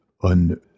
on